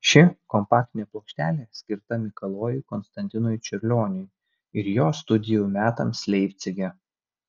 ši kompaktinė plokštelė skirta mikalojui konstantinui čiurlioniui ir jo studijų metams leipcige